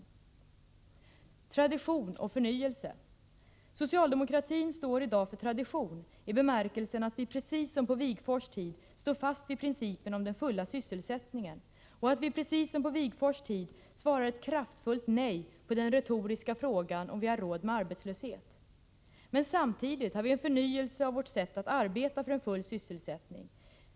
När det gäller tradition och förnyelse står socialdemokratin i dag för tradition i bemärkelsen att vi precis som på Wigforss tid står fast vid principen om den fulla sysselsättningen, och att vi precis som på Wigforss tid svarar ett kraftfullt nej på den retoriska frågan om vi har råd med arbetslöshet. Men samtidigt har vi en förnyelse i vårt sätt att arbeta för en full sysselsättning.